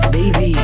Baby